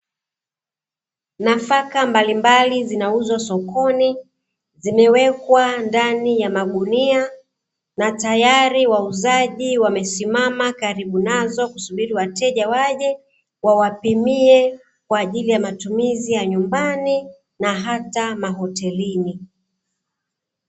Nafaka mbalimbali zinauzwa sokoni, zimewekwa ndani ya magunia na tayari wauzaji wamesimama karibu nazo kusubiri wateja waje wawapimie kwaajili ya matumizi ya nyumbani na hata mahotelini.